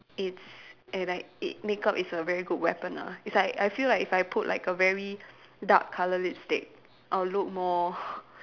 it's eh like makeup is a very good weapon ah it's like I feel like if I put like a very dark colour lipstick I'll look more